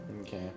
Okay